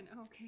Okay